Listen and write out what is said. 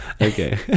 Okay